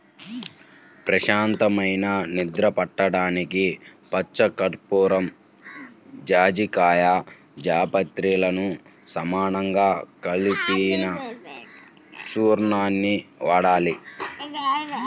ప్రశాంతమైన నిద్ర పట్టడానికి పచ్చకర్పూరం, జాజికాయ, జాపత్రిలను సమానంగా కలిపిన చూర్ణాన్ని వాడాలి